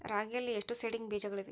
ರಾಗಿಯಲ್ಲಿ ಎಷ್ಟು ಸೇಡಿಂಗ್ ಬೇಜಗಳಿವೆ?